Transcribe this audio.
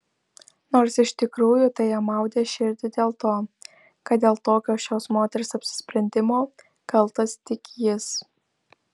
nors iš tikrųjų tai jam maudė širdį dėl to kad dėl tokio šios moters apsisprendimo kaltas tik jis